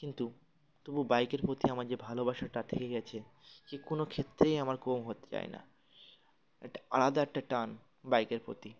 কিন্তু তবু বাইকের প্রতি আমার যে ভালোবাসাটা থেকে গেছে সে কোনো ক্ষেত্রেই আমার কম হতে যায় না একটা আলাদা একটা টান বাইকের প্রতি